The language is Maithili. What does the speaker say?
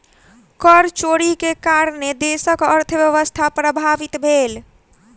कर चोरी के कारणेँ देशक अर्थव्यवस्था प्रभावित भेल